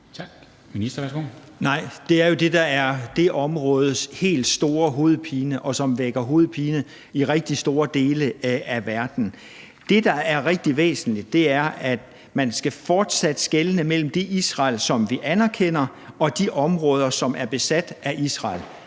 Det er jo det, der er det områdes helt store hovedpine, og som vækker hovedpine i rigtig store dele af verden. Det, der er rigtig væsentligt, er, at man fortsat skal skelne mellem det Israel, som vi anerkender, og de områder, som er besat af Israel.